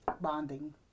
Bonding